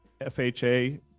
FHA